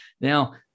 Now